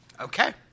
Okay